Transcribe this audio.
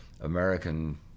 American